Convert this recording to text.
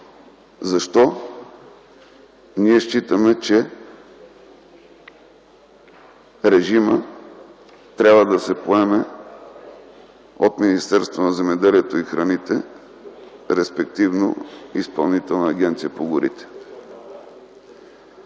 Защо ние считаме, че режимът трябва да се поеме от Министерството на земеделието и храните, респективно от Изпълнителната агенция по горите?